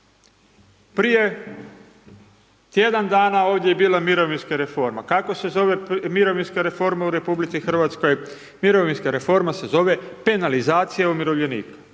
Prije tjedan dana ovdje je bila mirovinska reforma, kako se zove mirovinska reforma u RH, mirovinska reforma se zove penalizacija umirovljenika.